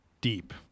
deep